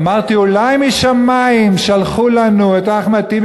אמרתי: אולי משמים שלחו לנו את אחמד טיבי